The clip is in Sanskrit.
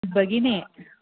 भगिनी